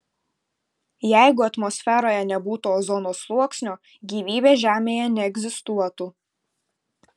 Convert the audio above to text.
jeigu atmosferoje nebūtų ozono sluoksnio gyvybė žemėje neegzistuotų